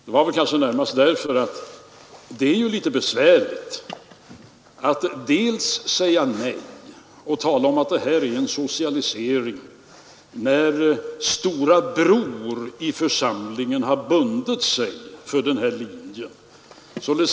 Det var kanske närmast därför att det ju är litet besvärligt att säga nej och tala om att det här är en socialisering, när storebror i församlingen har bundit mig för denna linje.